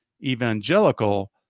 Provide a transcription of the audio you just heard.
evangelical